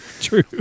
true